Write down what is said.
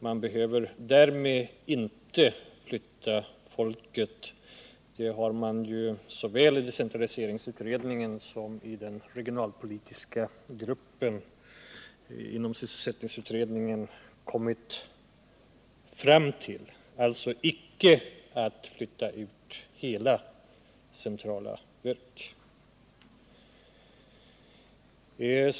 Man behöver därmed inte flytta folket; det har ju såväl decentraliseringsutredningen som den regionalpolitiska gruppen inom sysselsättningsutredningen kommit fram till. Det gäller alltså icke att flytta ut hela centrala verk.